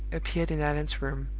appeared in allan's room.